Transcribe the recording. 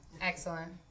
Excellent